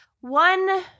one